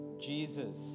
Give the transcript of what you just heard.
Jesus